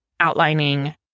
outlining